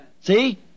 See